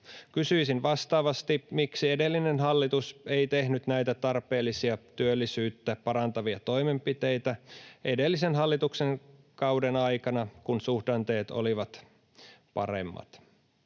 Kysyisin vastaavasti: miksi edellinen hallitus ei tehnyt näitä tarpeellisia työllisyyttä parantavia toimenpiteitä edellisen hallituksen kauden aikana, kun suhdanteet olivat paremmat?